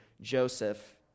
Joseph